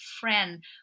friend